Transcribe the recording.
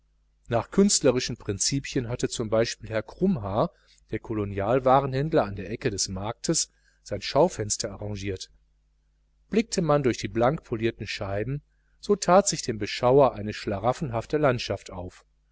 nach künstlerischen prinzipien hatte z b herr krummhaar der kolonialwarenhändler an der ecke des marktes sein schaufenster arrangiert blickte man durch die blankpolierten scheiben so tat sich dem beschauer eine schlaraffenhafte landschaft auf